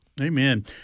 Amen